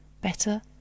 Better